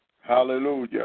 hallelujah